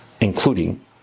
including